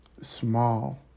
Small